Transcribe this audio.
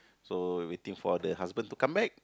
so we waiting for the husband to come back